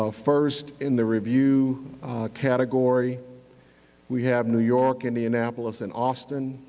ah first, in the review category we have new york, indianapolis and austin.